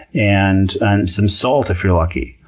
and and some salt if you're lucky.